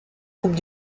coupe